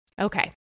Okay